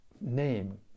name